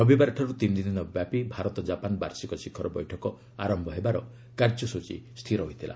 ରବିବାରଠାରୁ ତିନି ଦିନ ବ୍ୟାପି ଭାରତ ଜାପାନ୍ ବାର୍ଷିକ ଶିଖର ବୈଠକ ଆରମ୍ଭ ହେବାର କାର୍ଯ୍ୟସ୍ତଚୀ ସ୍ଥିର ହୋଇଥିଲା